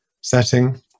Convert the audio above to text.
setting